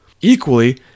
Equally